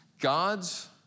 God's